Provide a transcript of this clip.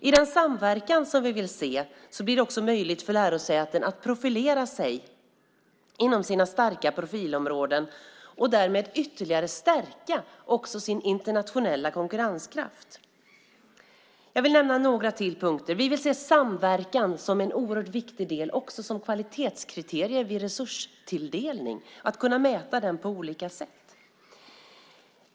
I den samverkan som vi vill se blir det också möjligt för lärosäten att profilera sig inom sina starka profilområden och därmed ytterligare stärka också sin internationella konkurrenskraft. Jag vill nämna några ytterligare punkter. Vi vill se samverkan som en oerhört viktig del också som kvalitetskriterium vid resurstilldelning och att man kan mäta den på olika sätt.